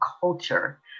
culture